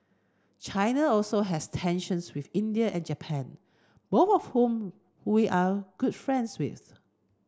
China also has tensions with India and Japan both of whom we are good friends with